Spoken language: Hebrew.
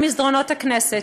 במסדרונות הכנסת,